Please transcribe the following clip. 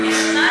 ומה עם הערבים?